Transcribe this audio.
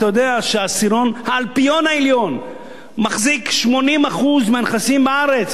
אתה יודע שהאלפיון העליון מחזיק 80% מהנכסים בארץ,